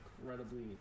incredibly